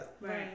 Right